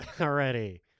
already